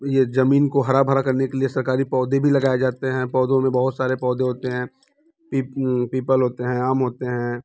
ये ज़मीन को हरा भरा करने के लिए सरकारी पौधे भी लगाए जाते हैं पौधों में बहुत सारे पौधे होते हैं पीपल होते हैं आम होते हैं